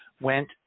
went